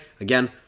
again